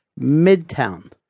Midtown